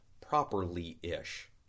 properly-ish